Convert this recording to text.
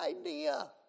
idea